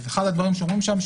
אחד הדברים שאומרים שם,